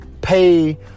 pay